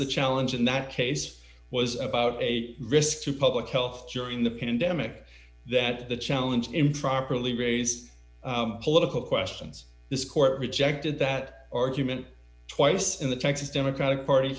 the challenge in that case was about a risk to public health during the pandemic that the challenge improperly raised political questions this court rejected that argument twice in the texas democratic party